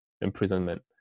imprisonment